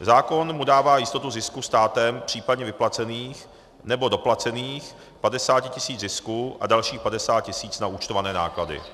Zákon mu dává jistotu zisku státem případně vyplacených, nebo doplacených 50 tisíc zisku a dalších 50 tisíc naúčtované náklady.